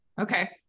Okay